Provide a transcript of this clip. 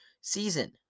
season